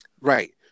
right